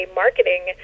marketing